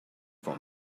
for